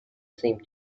seemed